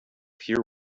here